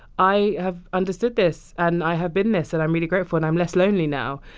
i have understood this, and i have been this. and i'm really grateful, and i'm less lonely now.